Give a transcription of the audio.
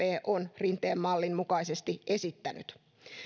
on rinteen mallin mukaisesti esittänyt